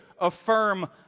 affirm